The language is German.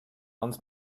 uns